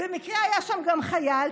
ובמקרה היה שם גם חייל.